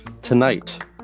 Tonight